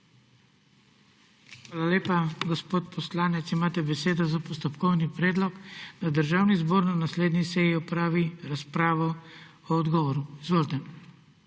Hvala lepa. Gospod poslanec, imate besedo za postopkovni predlog, da Državni zbor na naslednji seji opravi razpravo o odgovoru. Izvolite.